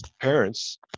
parents